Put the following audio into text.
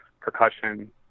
percussion